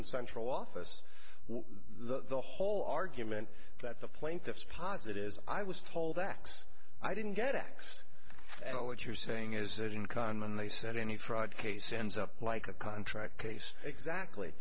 in central office the whole argument that the plaintiffs posit is i was told that i didn't get x at all what you're saying is that in common they said any fraud case ends up like a contract case exactly